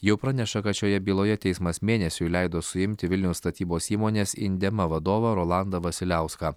jau praneša kad šioje byloje teismas mėnesiui leido suimti vilniaus statybos įmonės indema vadovą rolandą vasiliauską